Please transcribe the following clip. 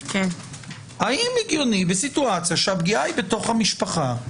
האם הגיוני כאשר הפגיעה היא בתוך המשפחה,